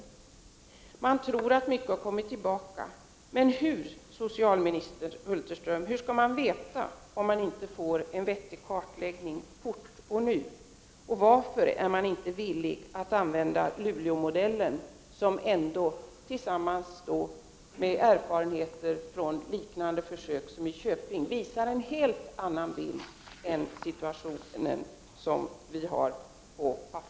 Man tror nu att mycket av denna brottslighet har kommit tillbaka. Men hur skall man, socialminister Hulterström, veta detta om man inte nu snabbt får en vettig kartläggning? Varför är regeringen inte villig att använda Luleåmodellen? Den påvisar, tillsammans med erfarenheter från liknande försök i Köping, en helt annan situation än den som vi i dag har på papperet.